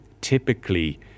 typically